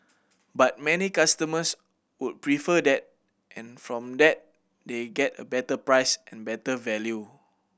but many customers would prefer that and from that they get a better price and better value